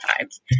times